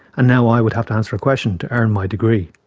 and now i would have to answer a question to earn my degree.